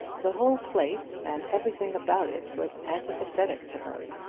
the whole place and everything about it was antipathetic to her.